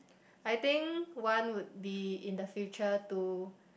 I think one would be in the future to